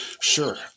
Sure